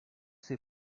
ces